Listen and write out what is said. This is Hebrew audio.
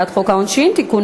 העונשין (תיקון,